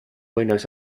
buenos